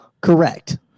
correct